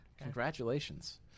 Congratulations